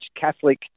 Catholic